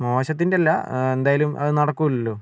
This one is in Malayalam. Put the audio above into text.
മോശത്തിൻ്റെ അല്ല എന്ത് ആയാലും അത് നടക്കില്ലല്ലോ